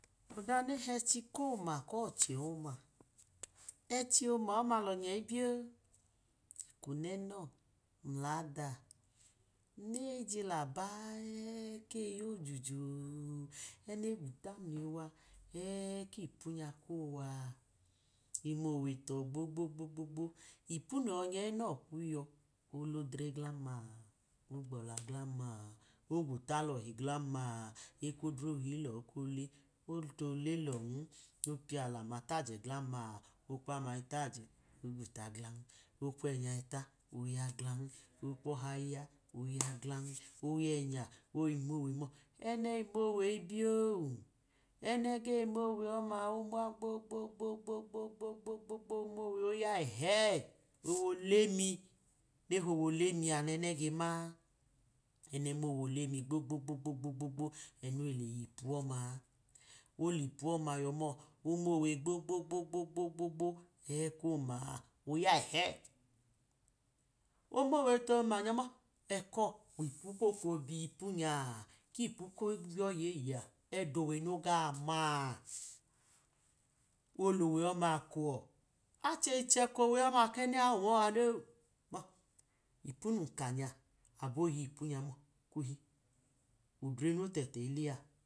Ọda nehechi koma kọche ọma, ẹchi ọma ọma lonye ibiyon, eko nenọ mladaa najila ba ẹ keyojuju ne gwuta mliwa ẹ kipu nya kowa a omowe tọ gbogbo, ipu noyọ nya enọ kwuyi olodre glam-ma, ogbọla glam-ma, ogmita loti glan ma, ekwodre ohile ilo kole, otot le lọn, opiya lama tajẹ glam-ma okwa ma itaje ogwuta glan, okme nya te oyam glan, okwọha iya oya glan, oyẹ nya oyi moer mọ ẹnẹ imowe ibiyo ẹnẹ ge mowe ọma oma gbogbogbogbogbogbo omowe ọma oya ẹhẹ, owe olemi ne howe olemi a nẹnẹ ge maa, ẹnẹ mowe olemi gbogbogbogbo ẹ noyi nyi ipu oma, olipu ọma yọ mọ omowe gbogbogbogbogbo ẹ komaa, oya ẹhẹ! omowe toma nya mọ ẹkọ ipu ẹ ko biyipu nya, kipu koyọ eyi a ẹdọ owe no gamaa, olowe oma kuwọ achechẹ kowe ọma kene nya omọ anon, ipu num ka nya i agbo yipu ekohi odre notẹtẹ ile a.